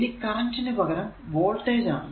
ഇനി കറന്റ് നു പകരം വോൾടേജ് ആണ്